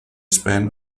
span